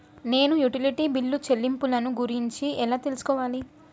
నేను utility bill చెల్లింపులను గురించి ఎలా తెలుసుకోవాలి?